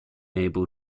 able